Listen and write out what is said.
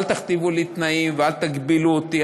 אל תכתיבו לי תנאים ואל תגבילו אותי.